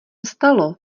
stalo